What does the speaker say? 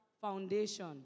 foundation